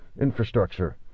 infrastructure